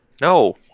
No